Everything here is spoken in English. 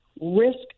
risk